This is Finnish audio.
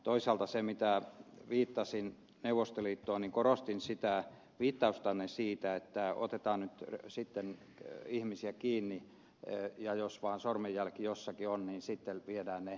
toisaalta kun viittasin neuvostoliittoon niin korostin viittaustanne siitä että otetaan nyt sitten ihmisiä kiinni ja jos vaan sormenjälki jossakin on niin sitten viedään heidät ikään kuin syyllisinä